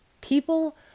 People